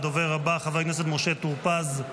הדובר הבא, חבר הכנסת משה טור פז.